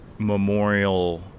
memorial